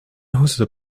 hosted